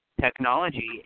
technology